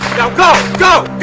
now go! go!